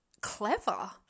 clever